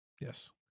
Yes